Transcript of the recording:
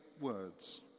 words